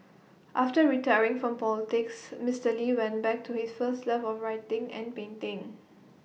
after retiring from politics Mister lee went back to his first love of writing and painting